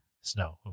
Snow